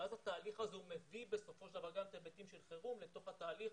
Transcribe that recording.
ואז התהליך הזה מביא בסופו של דבר גם את ההיבטים של חירום לתוך התהליך